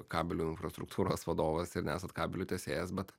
kabelių infrastruktūros vadovas ir nesat kabelių tiesėjas bet